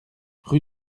rue